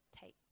take